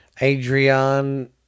Adrian